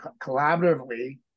collaboratively